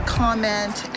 comment